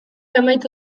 amaitu